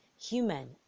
human